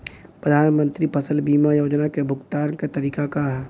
प्रधानमंत्री फसल बीमा योजना क भुगतान क तरीकाका ह?